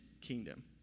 kingdom